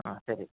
ಹಾಂ ಸರಿ